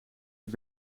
dat